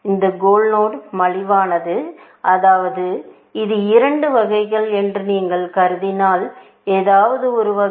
இந்த கோல் நோடு மலிவானது அதாவது இது இரண்டு வகைகள் என்று நீங்கள் கருதினால் ஏதோவொரு வகையில்